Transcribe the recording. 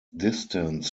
distance